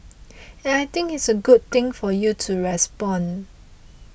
and I think it is a good thing for you to respond